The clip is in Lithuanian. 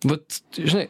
vat žinai